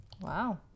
Wow